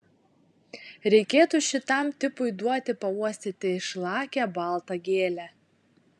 reikėtų šitam tipui duoti pauostyti išlakią baltą gėlę